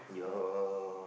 yeah